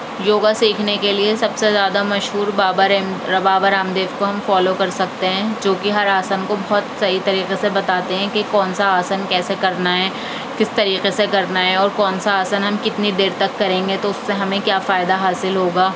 یوگا سیکھنے کے لئے سب سے زیادہ مشہور بابا رام بابا رام دیو کو ہم فالو کر سکتے ہیں جو کہ ہر آسن کو بہت صحیح طریقے سے بتاتے ہیں کہ کون سا آسن کیسے کرنا ہے کس طریقے سے کرنا ہے اور کون سا آسن ہم کتنی دیر تک کریں گے تو اس سے ہمیں کیا فائدہ حاصل ہوگا